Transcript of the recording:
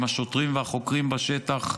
עם השוטרים ועם החוקרים בשטח.